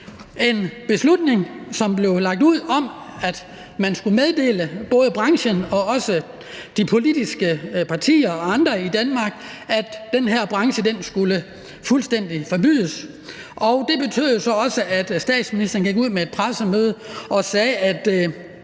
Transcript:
en beslutning, som blev lagt ud, om, at man skulle meddele både branchen og også de politiske partier og andre i Danmark, at den her branche skulle fuldstændig forbydes. Det betød jo så også, at statsministeren gik ud på et pressemøde og sagde,